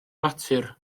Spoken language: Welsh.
natur